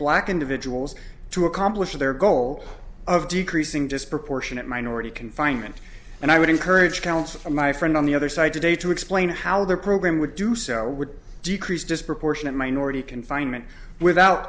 black individuals to accomplish their goal of decreasing disproportionate minority confinement and i would encourage counsel my friend on the other side today to explain how their program would do so would decrease disproportionate minority confinement without